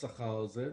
בשכר הזה.